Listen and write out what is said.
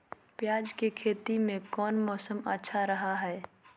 प्याज के खेती में कौन मौसम अच्छा रहा हय?